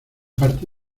parte